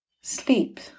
sleep